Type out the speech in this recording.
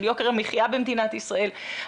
של יוקר המחיה במדינת ישראל.